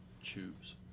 Choose